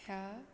ह्या